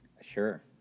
Sure